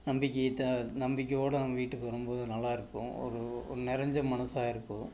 நம்பிக்கையை த நம்பிக்கையோடு நம்ப வீட்டுக்கு வரும் போது நல்லாயிருக்கும் ஒரு ஒரு நெறைஞ்ச மனதா இருக்கும்